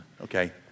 okay